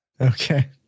Okay